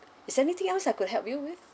is there anything else I could help you with